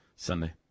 Sunday